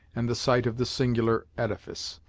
and the site of the singular edifice.